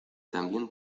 también